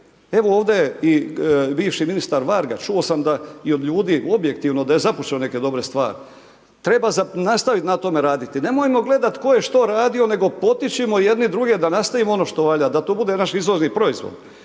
evo ovdje i bivši ministar Varga, čuo sam da i od ljudi, objektivno da je započeo neke dobre stvari. Treba nastaviti na tome raditi. Nemojmo gledati tko je što radio, nego potičimo jedni druge da nastavimo ono što valja, da to bude naš izvozni proizvod.